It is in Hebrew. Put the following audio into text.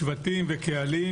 שבטים והקהלים